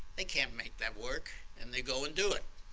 they can't make that work, and they go and do it.